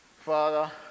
Father